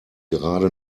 gerade